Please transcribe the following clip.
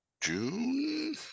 june